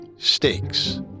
stakes